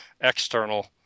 external